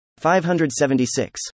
576